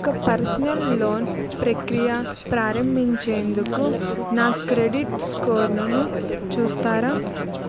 ఒక personal loan ప్రక్రియ ప్రారంభించేందుకు నా క్రెడిట్ స్కోరును చూస్తారా